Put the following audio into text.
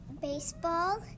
Baseball